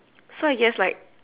so I guess like